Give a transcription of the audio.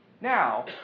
Now